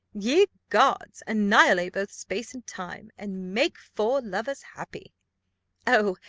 ye gods, annihilate both space and time, and make four lovers happy oh,